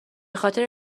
خاطر